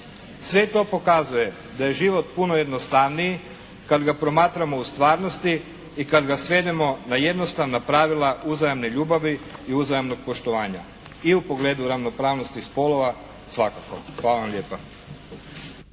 Sve to pokazuje da je život puno jednostavniji kad ga promatramo u stvarnosti i kad ga svedemo na jednostavna pravila uzajamne ljubavi i uzajamnog poštovanja, i u pogledu ravnopravnosti spolova svakako. Hvala vam lijepa.